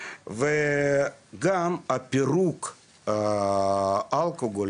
וגם הפירוק של האלכוהול,